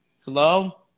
Hello